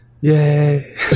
Yay